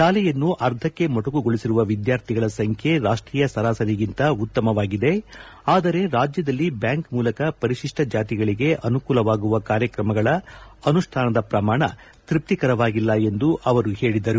ಶಾಲೆಯನ್ನು ಅರ್ಧಕ್ಕೆ ಮೊಟಕುಗೊಳಿಸಿರುವ ವಿದ್ಯಾರ್ಥಿಗಳ ಸಂಖ್ಯೆ ರಾಷ್ಟೀಯ ಸರಾಸರಿಗಿಂತ ಉತ್ತಮವಾಗಿದೆ ಆದರೆ ರಾಜ್ಯದಲ್ಲಿ ಬ್ಯಾಂಕ್ ಮೂಲಕ ಪರಿಶಿಷ್ಟ ಜಾತಿಗಳಿಗೆ ಅನುಕೂಲವಾಗುವ ಕಾರ್ಕ್ರಮಗಳ ಅನುಷ್ಠಾನದ ಪ್ರಮಾಣ ತೃಪ್ತಿಕರವಾಗಿಲ್ಲ ಎಂದು ಅವರು ಹೇಳಿದರು